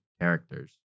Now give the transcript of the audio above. characters